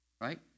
right